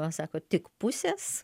sako tik pusės